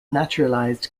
naturalized